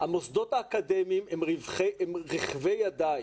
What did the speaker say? המוסדות האקדמיים הם רחבי ידיים,